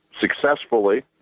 successfully